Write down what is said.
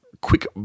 quick